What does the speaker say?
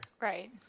right